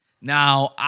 Now